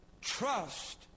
trust